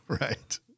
Right